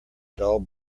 dull